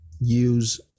use